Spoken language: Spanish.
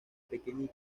pequeña